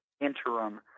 interim